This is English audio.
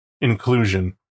inclusion